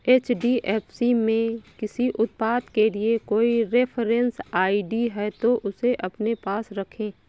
HDFC में किसी उत्पाद के लिए कोई रेफरेंस आई.डी है, तो उसे अपने पास रखें